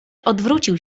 odwrócił